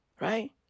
right